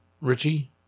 Richie